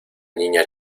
niña